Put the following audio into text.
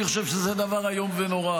אני חושב שזה דבר איום ונורא.